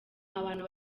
abantu